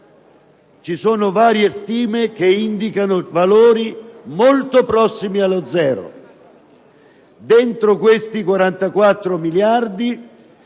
Ci sono varie stime che indicano valori molto prossimi allo zero. All'interno di questi 44 miliardi